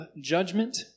judgment